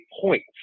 points